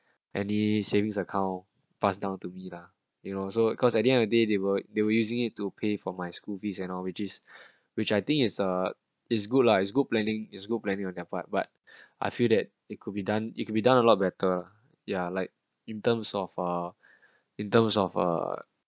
any savings account passed down to me lah you know so cause at the end of the day they were they were using it to pay for my school fees and all which is which I think is uh is good lah it's good planning is good planning on their part but I feel that it could be done it could be done a lot better ya like in terms of uh in terms of uh